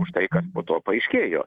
už tai kad po to paaiškėjo